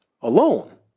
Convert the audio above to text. alone